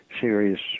serious